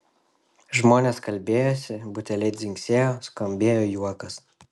žmonės kalbėjosi buteliai dzingsėjo skambėjo juokas